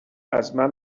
ازمن